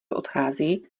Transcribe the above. odchází